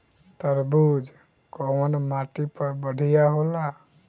तरबूज कउन माटी पर बढ़ीया होला?